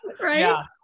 Right